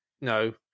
no